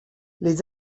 les